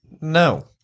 No